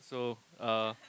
so uh